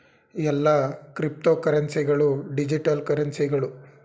ಎಲ್ಲಾ ಕ್ರಿಪ್ತೋಕರೆನ್ಸಿ ಗಳು ಡಿಜಿಟಲ್ ಕರೆನ್ಸಿಗಳು